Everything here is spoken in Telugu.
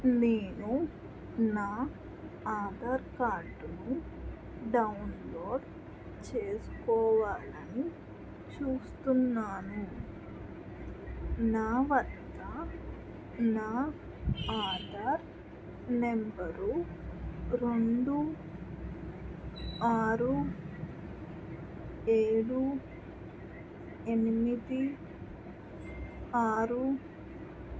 నేను నా ఆధార్ కార్డును డౌన్లోడ్ చేసుకోవాలని చూస్తున్నాను నా వద్ద నా ఆధార్ నెంబరు రెండు ఆరు ఏడు ఎనిమిది ఆరు